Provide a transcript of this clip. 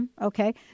okay